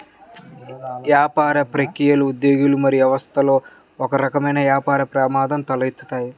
వ్యాపార ప్రక్రియలు, ఉద్యోగులు మరియు వ్యవస్థలలో ఒకరకమైన వ్యాపార ప్రమాదం తలెత్తుతుంది